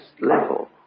level